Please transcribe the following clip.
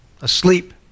asleep